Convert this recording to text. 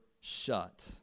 shut